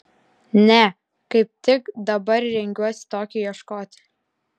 ne kaip tik dabar rengiuosi tokio ieškoti